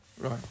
Right